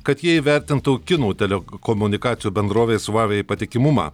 kad jie įvertintų kinų tele komunikacijų bendrovės vavei patikimumą